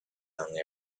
young